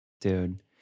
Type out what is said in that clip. Dude